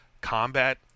combat